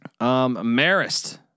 Marist